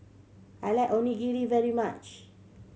I like Onigiri very much